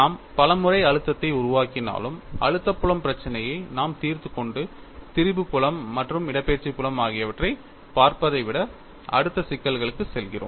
நாம் பல முறை அழுத்தத்தை உருவாக்கினாலும் அழுத்த புலம் பிரச்சினையை நாம் தீர்த்துக் கொண்டு திரிபு புலம் மற்றும் இடப்பெயர்ச்சி புலம் ஆகியவற்றைப் பார்ப்பதை விட அடுத்த சிக்கலுக்குச் செல்கிறோம்